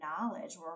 knowledge